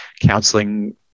counseling